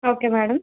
okay madam